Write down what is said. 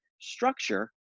structure